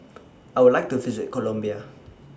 I Would like to visit Colombia